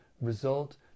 result